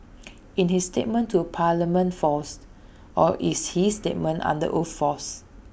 in his statement to parliament false or is his statement under oath false